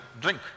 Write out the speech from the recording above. drink